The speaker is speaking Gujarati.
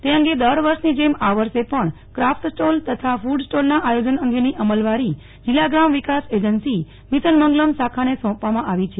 તે અંગે દર વર્ષની જેમ આ વર્ષે પણ ક્રાફટ સ્ટોલ તથા ફૂડ સ્ટોલનાં આયોજન અંગેની અમલવારી જિલ્લા ગ્રામ વિકાસ એજન્સી મિશન મંગલમ શાખાને સોંપવામાં આવી છે